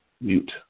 Mute